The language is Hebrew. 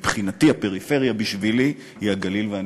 מבחינתי, הפריפריה היא הגליל והנגב.